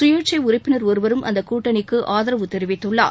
சுயேட்சை உறுப்பினர் ஒருவரும் அந்தக் கூட்டணிக்கு ஆதரவு தெரிவித்துள்ளார்